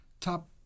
top